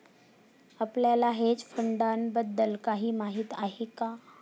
आपल्याला हेज फंडांबद्दल काही माहित आहे का?